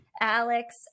Alex